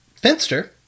Fenster